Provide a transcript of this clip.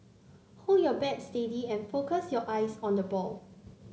hold your bat steady and focus your eyes on the ball